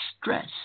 stress